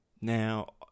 Now